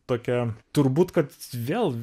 tokia turbūt kad vėl